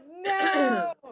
no